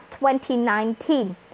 2019